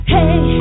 Hey